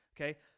okay